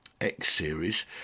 X-series